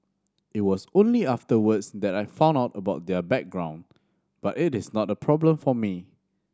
it was only afterwards that I found out about their background but it is not a problem for me